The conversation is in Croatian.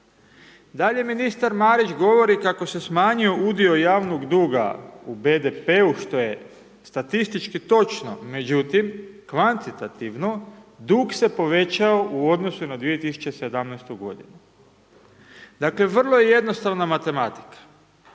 Dalje ministar Marić govori kao se smanjio udio javnog duga u BDP-u što je statistički točno međutim, kvantitativno dug se povećao u odnosu na 2017. godinu, dakle vrlo je jednostavna matematika